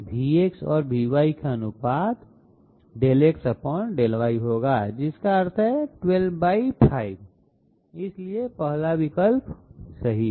Vx और Vy का अनुपात XΔY होगा जिसका अर्थ है 125 इसलिए पहला विकल्प सही है